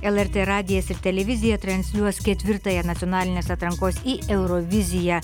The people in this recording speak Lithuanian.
lrt radijas ir televizija transliuos ketvirtąją nacionalinės atrankos į euroviziją